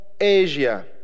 Asia